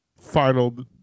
Final